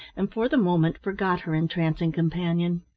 and for the moment forgot her entrancing companion.